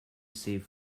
save